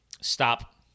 Stop